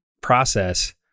process